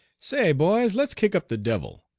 say, boys, let's kick up the devil.